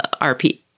RP